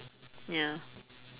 ya